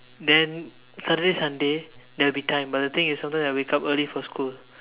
then Saturday and Sunday there will be time but the thing is sometimes I wake up early for school